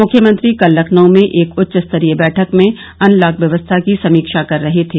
मुख्यमंत्री कल लखनऊ में एक उच्चस्तरीय बैठक में अनलॉक व्यवस्था की समीक्षा कर रहे थे